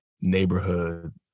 neighborhood